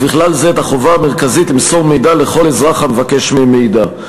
ובכלל זה את החובה המרכזית למסור מידע לכל אזרח המבקש מהם מידע.